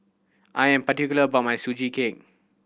I am particular about my Sugee Cake